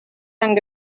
sant